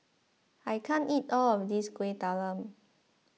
I can't eat all of this Kueh Talam